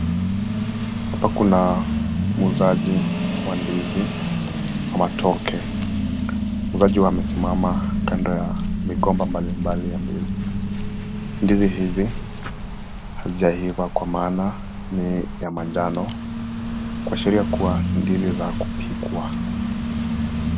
Hapa kuna muuzaji wa ndizi matoke. Muuzaji amesimama kando ya migomba mbalimbali ya ndizi. Ndizi hizi hazijaiva kwa maana ni ya manjano, kuashiria kuwa ni ndizi za kupikwa.